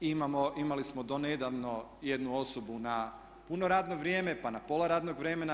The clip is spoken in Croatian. Imali smo do nedavno jednu osobu na puno radno vrijeme, pa na pola radnog vremena.